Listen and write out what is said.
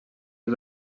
als